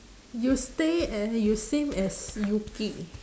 you stay a~ you same as yuki